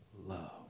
love